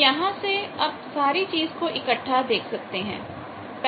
तो यहां से अब सारी चीज को इकट्ठा देख सकते हैं